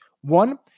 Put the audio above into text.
One